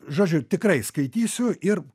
žodžiu tikrai skaitysiu ir